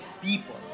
people